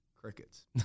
crickets